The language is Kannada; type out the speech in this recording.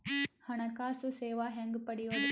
ಹಣಕಾಸು ಸೇವಾ ಹೆಂಗ ಪಡಿಯೊದ?